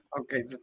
Okay